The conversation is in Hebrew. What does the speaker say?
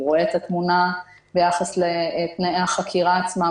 רואה את התמונה ביחס לתנאי החקירה עצמה,